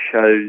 shows